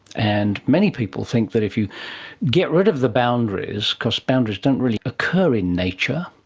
and many people think that if you get rid of the boundaries because boundaries don't really occur in nature,